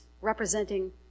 representing